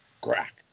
Crack